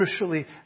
crucially